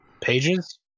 Pages